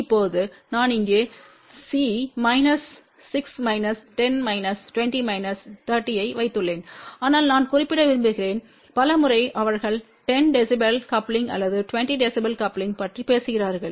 இப்போது நான் இங்கே C minus 6 minus 10 minus 20 minus 30 ஐ வைத்துள்ளேன் ஆனால் நான் குறிப்பிட விரும்புகிறேன் பல முறை அவர்கள் 10 dB கப்லிங் அல்லது 20 dB கப்லிங் பற்றி பேசுகிறார்கள்